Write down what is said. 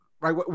Right